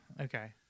Okay